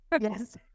Yes